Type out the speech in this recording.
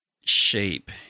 shape